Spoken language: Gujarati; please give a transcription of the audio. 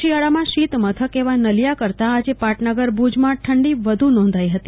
શિયાળામાં શિતમથક એવો નલિયા કરતાં આજે પાટનગર ભુજમાં ઠંડી વધુ નોંધાઈ હતી